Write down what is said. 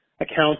accounts